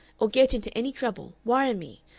or get into any trouble, wire me.